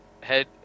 Head